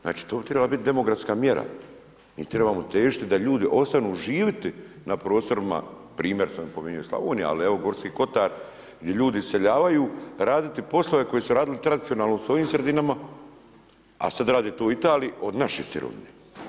Znači to bi trebala biti demografska mjera, mi trebamo težiti da ljudi ostanu živjeti na prostorima, primjerice sam napomenuo i Slavoniju ali evo Gorski Kotar gdje ljudi iseljavaju raditi poslove koje su radili tradicionalno u svojim sredinama a sada rade to u Italiji od naše sirovine.